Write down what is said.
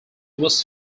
was